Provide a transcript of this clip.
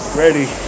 ready